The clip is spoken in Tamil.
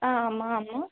ஆ ஆமாம் ஆமாம்